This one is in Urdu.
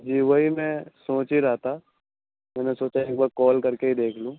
جی وہی میں سوچ ہی رہا تھا میں نے سوچا ایک بار کال کرے ہی دیکھ لوں